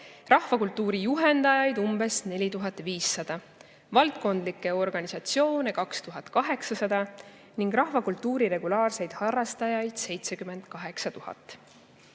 rahvakultuuri juhendajaid umbes 4500, valdkondlikke organisatsioone 2800 ning rahvakultuuri regulaarseid harrastajaid 78 000.